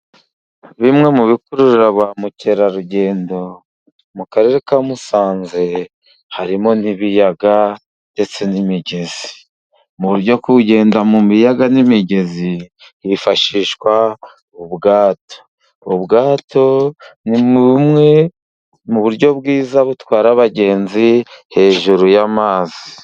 Bimwe mu bikurura ba mukerarugendo mu Karere ka Musanze harimo n'ibiyaga ndetse n'imigezi. Mu buryo kugenda mu biyaga n'imigezi hifashishwa ubwato. Ubwato ni bumwe mu buryo bwiza butwara abagenzi hejuru y'amazi.